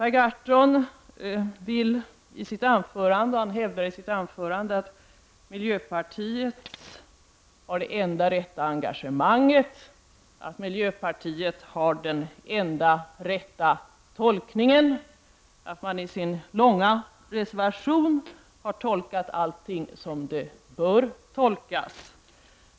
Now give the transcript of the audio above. Per Gahrton hävdar i sitt anförande att miljöpartiet har det enda rätta engagemanget och tolkar allting som det bör tolkas.